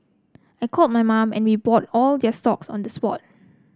I called my mum and we bought all their stocks on the spot